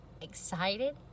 excited